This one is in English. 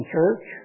church